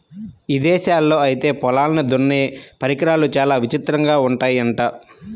ఇదేశాల్లో ఐతే పొలాల్ని దున్నే పరికరాలు చానా విచిత్రంగా ఉంటయ్యంట